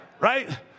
right